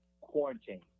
quarantine